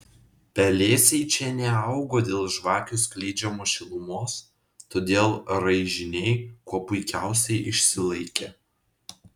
pelėsiai čia neaugo dėl žvakių skleidžiamos šilumos todėl raižiniai kuo puikiausiai išsilaikė